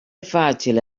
facili